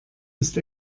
ist